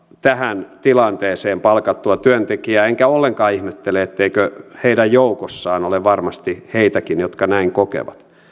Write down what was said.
tähän tilanteeseen palkattua työntekijää enkä ollenkaan ihmettele etteikö heidän joukossaan ole varmasti heitäkin jotka näin kokevat